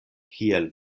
kiel